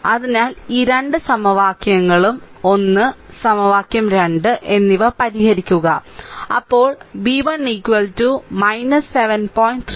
അതിനാൽ ഈ രണ്ട് സമവാക്യങ്ങളും 1 സമവാക്യം 2 എന്നിവ പരിഹരിക്കുക അപ്പോൾ ആ v1 7